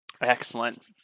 Excellent